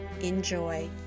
Enjoy